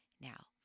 Now